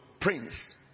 prince